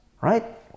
right